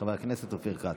חבר הכנסת אופיר כץ.